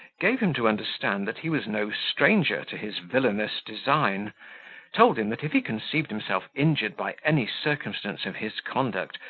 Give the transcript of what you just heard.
gave him to understand that he was no stranger to his villainous design told him, that if he conceived himself injured by any circumstance of his conduct,